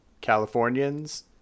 Californians